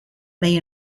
may